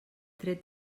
tret